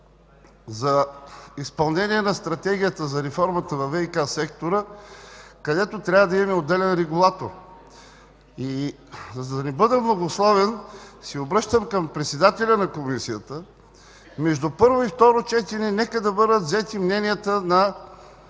за изпълнение на Стратегията за реформата във ВиК сектора, където трябва да имаме отделен регулатор. За да не бъда многословен, се обръщам към председателя на Комисията – между първо и второ четене нека да бъдат взети мненията на